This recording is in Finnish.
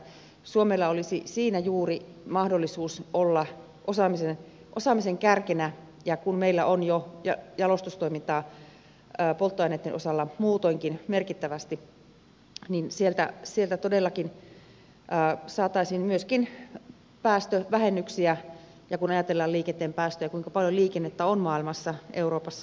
suomella olisi siinä juuri mahdollisuus olla osaamisen kärkenä ja kun meillä on jo jalostustoimintaa polttoaineiden osalta muutoinkin merkittävästi niin sieltä todellakin saataisiin myöskin päästövähennyksiä kun ajatellaan liikenteen päästöjä kuinka paljon liikennettä on maailmassa euroopassa suomessakin